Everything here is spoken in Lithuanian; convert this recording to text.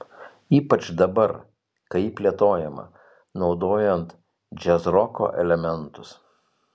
ypač dabar kai ji plėtojama naudojant džiazroko elementus